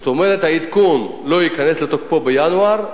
זאת אומרת העדכון לא ייכנס לתוקפו בינואר,